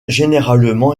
généralement